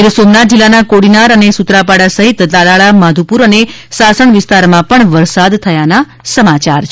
ગીરસોમનાથ જીલ્લાના કોડીનાર અને સૂત્રપાડા સહિત તાલાળા માધુપુર અને સાસણ વિસ્તારમાં પણ વરસાદ થયાનાં સમાચાર છે